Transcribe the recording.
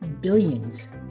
billions